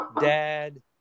dad